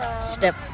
step